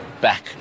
back